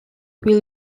will